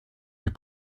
est